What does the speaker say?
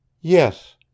Yes